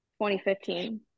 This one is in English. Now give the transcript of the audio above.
2015